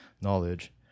knowledge